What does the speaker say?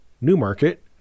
Newmarket